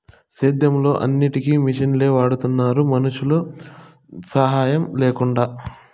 సేద్యంలో అన్నిటికీ మిషనులే వాడుతున్నారు మనుషుల సాహాయం లేకుండా